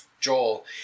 Joel